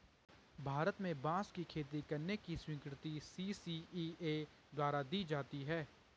भारत में बांस की खेती करने की स्वीकृति सी.सी.इ.ए द्वारा दी जाती है